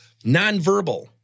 nonverbal